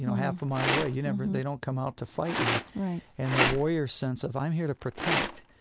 half a mile away. you never they don't come out to fight you right and the warrior sense of i'm here to protect,